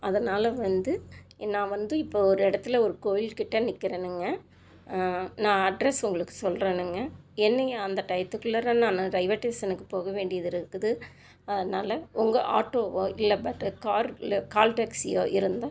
அதனால் வந்து நான் வந்து இப்போ ஒரு இடத்துல ஒரு கோயில்கிட்டே நிற்கறேன்னுங்க நான் அட்ரஸ் உங்களுக்கு சொல்கிறேனுங்க என்னையும் அந்த டைத்துக்குள்ளார நான் ரயிவே ஸ்டேஷனுக்கு போக வேண்டியது இருக்குது அதனால உங்கள் ஆட்டோவோ இல்லை பட்டு கார் இல்லை கால் டாக்ஸியோ இருந்தால்